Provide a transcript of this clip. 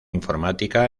informática